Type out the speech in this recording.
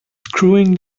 screwing